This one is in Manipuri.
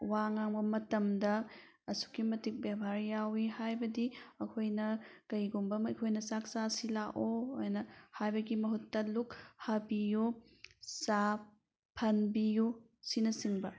ꯋꯥ ꯉꯥꯡꯕ ꯃꯇꯝꯗ ꯑꯁꯨꯛꯀꯤ ꯃꯇꯤꯛ ꯕꯦꯕꯥꯔ ꯌꯥꯎꯏ ꯍꯥꯏꯕꯗꯤ ꯑꯩꯈꯣꯏꯅ ꯀꯔꯤꯒꯨꯝꯕ ꯑꯃ ꯑꯩꯈꯣꯏꯅ ꯆꯥꯛ ꯆꯥꯁꯤ ꯂꯥꯛꯑꯣꯑꯅ ꯍꯥꯏꯕꯒꯤ ꯃꯍꯨꯠꯇ ꯂꯨꯛ ꯍꯥꯕꯤꯌꯣ ꯆꯥ ꯐꯥꯟꯕꯤꯌꯨ ꯁꯤꯅ ꯆꯤꯡꯕ